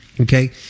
okay